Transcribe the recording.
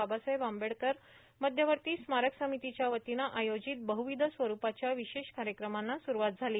बाबासाहेब आंबेडकर मध्यवर्ती स्मारक समितीच्या वतीनं आयोजित बद्दविध स्वरूपाच्या विशेष कार्यक्रमांना सुरवात झाली